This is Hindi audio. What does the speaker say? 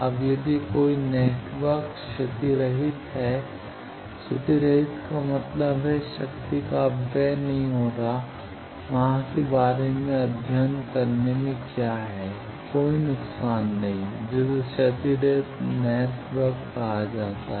अब यदि कोई नेटवर्क क्षतिरहित है क्षतिरहित का मतलब है शक्ति का अपव्यय नहीं होता है वहाँ के बारे में अध्ययन करने में क्या है कोई नुकसान नहीं है जिसे क्षतिरहित नेटवर्क कहा जाता है